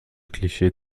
klischee